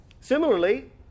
Similarly